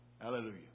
Hallelujah